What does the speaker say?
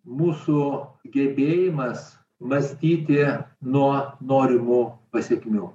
mūsų gebėjimas mąstyti nuo norimų pasekmių